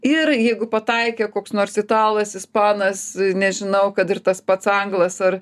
ir jeigu pataikė koks nors italas ispanas nežinau kad ir tas pats anglas ar